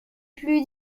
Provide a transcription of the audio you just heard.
plus